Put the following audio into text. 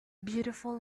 beautiful